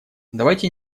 давайте